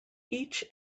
each